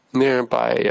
nearby